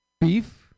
Beef